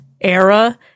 era